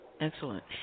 Excellent